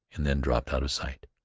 and then dropped out of sight.